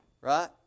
right